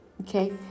okay